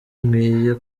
nkwiye